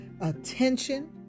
attention